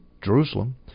Jerusalem